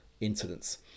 incidents